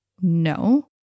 no